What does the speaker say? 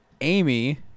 Amy